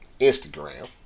Instagram